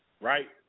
right